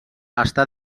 està